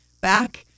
back